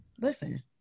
Listen